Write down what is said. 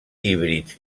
híbrids